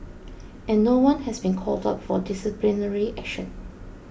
and no one has been called up for disciplinary action